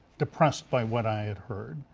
de pressed by what i had heard.